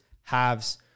halves